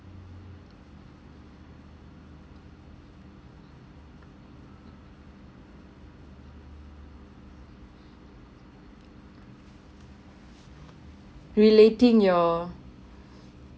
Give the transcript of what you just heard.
relating your